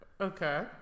Okay